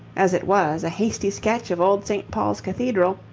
as it was, a hasty sketch of old st. paul's cathedral,